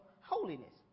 holiness